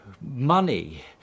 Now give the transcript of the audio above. money